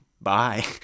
bye